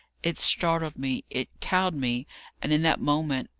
it startled me it cowed me and, in that moment,